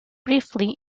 briefly